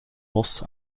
mos